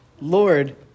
Lord